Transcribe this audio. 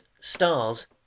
stars